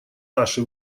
наши